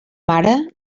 mare